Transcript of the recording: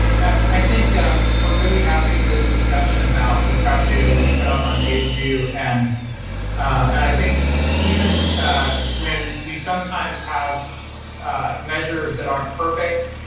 i think we're really happy for this discussion about the prep data that we've put up on aidsvu and i think even when we sometimes have measures that aren't perfect,